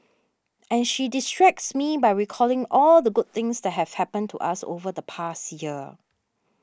and she distracts me by recalling all the good things that have happened to us over the past year